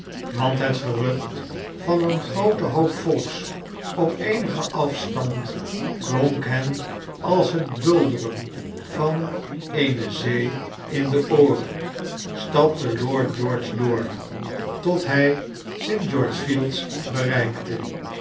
want het gerucht van een grooten hoop volks op eenigen afstand klonk hen als het bulderen van eene zee in de ooren stapte lord george door tot hij st george's fields bereikte